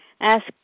Ask